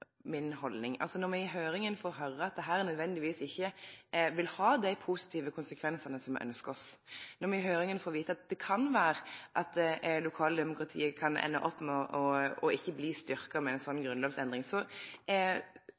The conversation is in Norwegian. haldning. Når me i høyringa får høyre at dette ikkje nødvendigvis vil ha dei positive konsekvensane som me ønskjer oss, når me i høyringa får vite at det kan vere at lokaldemokratiet kan ende opp med å ikkje bli styrkt med ei slik grunnlovsendring,